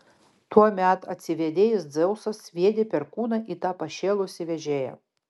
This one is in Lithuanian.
tuomet atsivėdėjęs dzeusas sviedė perkūną į tą pašėlusį vežėją